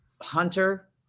Hunter